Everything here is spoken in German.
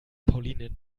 pauline